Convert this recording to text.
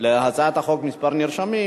הצעת חוק הפיקוח על ייבוא צעצועים,